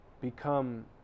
become